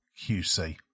QC